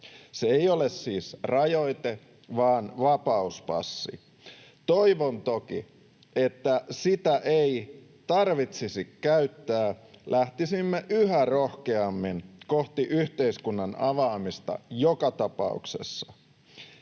Se ei ole siis rajoite, vaan vapauspassi. Toivon toki, että sitä ei tarvitsisi käyttää, vaan lähtisimme yhä rohkeammin kohti yhteiskunnan avaamista joka tapauksessa.